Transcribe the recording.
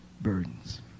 burdens